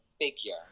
figure